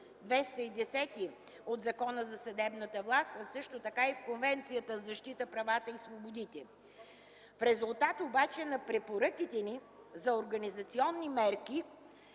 210 от Закона за съдебната власт, а също така и в Конвенцията за защита на правата и свободите. В резултат обаче на препоръките ни за организационни мерки